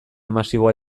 masiboa